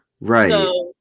right